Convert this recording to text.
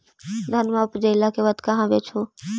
धनमा उपजाईला के बाद कहाँ बेच हू?